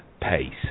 pace